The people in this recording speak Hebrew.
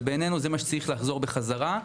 ובעינינו זה מה שצריך לחזור בחזרה.